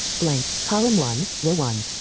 blank, column one, row one.